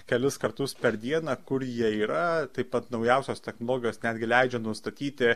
kelis kartus per dieną kur jie yra taip pat naujausios technologijos netgi leidžia nustatyti